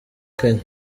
kenya